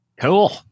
Cool